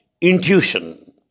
intuition